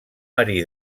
marí